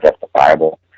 justifiable